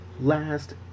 last